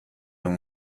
اون